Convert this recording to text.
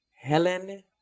Helen